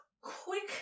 quick